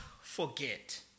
forget